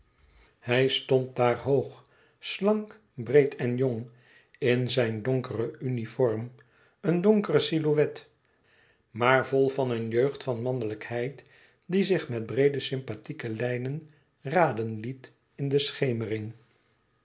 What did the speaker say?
hij stond daar hoog slank breed en jong in zijn donkere uniform een donkere silhouet maar vol van een jeugd van mannelijkheid die zich met breede sympathieke lijnen raden liet in de schemering